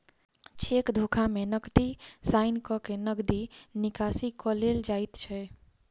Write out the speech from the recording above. cheque धोखा मे नकली साइन क के नगदी निकासी क लेल जाइत छै